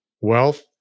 wealth